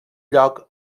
lloc